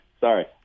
Sorry